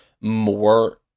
more